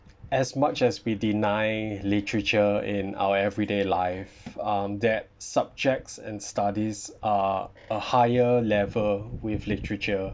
as much as we deny literature in our everyday life um that subjects are studies are a higher level with literature